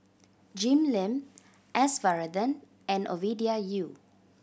Jim Lim S Varathan and Ovidia Yu